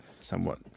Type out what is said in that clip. Somewhat